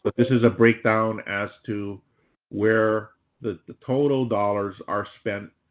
but this is a breakdown as to where the the total dollars are spent,